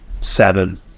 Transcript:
seven